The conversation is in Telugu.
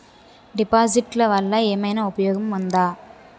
డిపాజిట్లు వల్ల ఏమైనా ఉపయోగం ఉందా?